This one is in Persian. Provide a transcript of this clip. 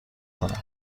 کنم